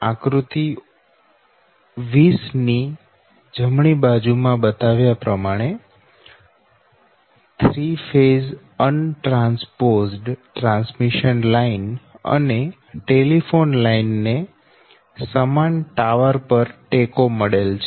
આકૃતિ 20 ની જમણી બાજુ માં બતાવ્યા પ્રમાણે 3 phase untransposed transmission line અને ટેલિફોન લાઈન ને સમાન ટાવર પર ટેકો મળેલ છે